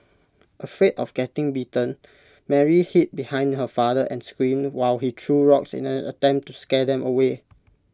afraid of getting bitten Mary hid behind her father and screamed while he threw rocks in an attempt to scare them away